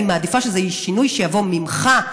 אני מעדיפה שזה יהיה שינוי שיבוא ממך,